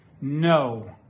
No